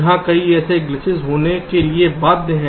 यहाँ कई ऐसे ग्लीचेस होने के लिए बाध्य है